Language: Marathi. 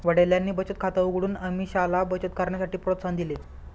वडिलांनी बचत खात उघडून अमीषाला बचत करण्यासाठी प्रोत्साहन दिले